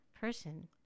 person